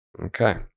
Okay